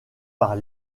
par